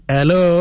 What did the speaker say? Hello